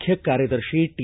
ಮುಖ್ಯ ಕಾರ್ಯದರ್ಶಿ ಟಿ